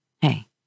Hey